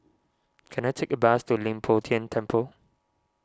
can I take a bus to Leng Poh Tian Temple